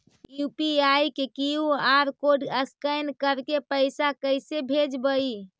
UPI के QR code scan करके पैसा कैसे भेजबइ?